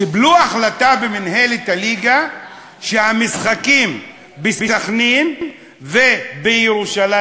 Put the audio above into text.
קיבלו החלטה במינהלת הליגה שהמשחקים בסח'נין ובירושלים,